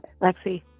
Lexi